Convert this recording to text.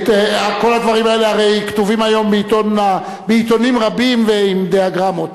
כל הדברים הרי כתובים היום בעיתונים רבים ועם דיאגרמות.